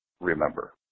remember